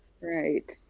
Right